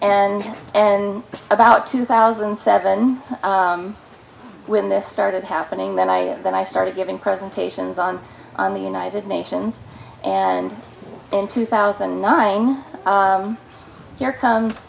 and and about two thousand and seven when this started happening then i then i started giving presentations on on the united nations and in two thousand and nine there comes